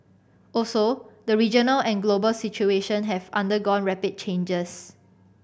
also the regional and global situation have undergone rapid changes